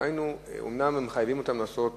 אומנם מחייבים אותם לעשות